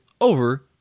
over